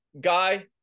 guy